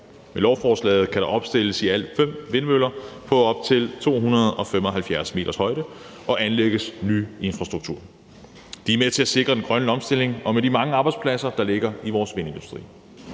Med lovforslaget kan der opstilles i alt fem vindmøller på op til 275 meters højde og anlægges ny infrastruktur. Det er med til at sikre den grønne omstilling og de mange arbejdspladser, der ligger i vores vindindustri.